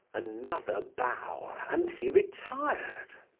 another bow, and he retired.